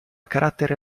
carattere